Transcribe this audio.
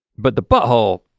but the butthole,